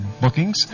bookings